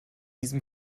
diesem